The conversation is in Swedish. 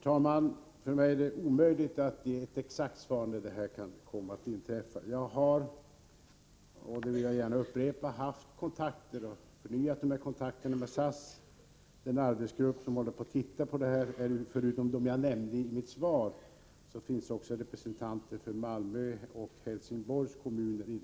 Herr talman! Det är omöjligt för mig att ge ett exakt besked om när Torsdagen den reguljär utrikestrafik från Sturup kan bli aktuell. Jag upprepar att jag har haft — 25 oktober 1984 flera kontakter med SAS. I den arbetsgrupp som undersöker förutsättningarna för sådan trafik finns förutom dem jag nämnde i mitt svar också Om handelsförbinrepresentanter för Malmö och Helsingborgs kommuner.